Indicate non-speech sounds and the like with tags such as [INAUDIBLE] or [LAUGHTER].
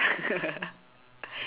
[LAUGHS]